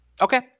Okay